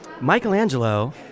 Michelangelo